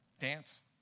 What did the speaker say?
dance